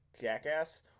jackass